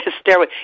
stairway